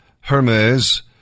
Hermes